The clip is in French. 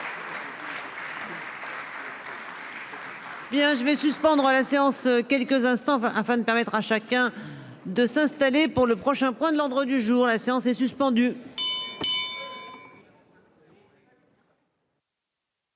Bien je vais suspendre la séance quelques instants afin de permettre à chacun de s'installer pour le prochain point de l'ordre du jour, la séance est suspendue.